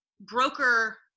broker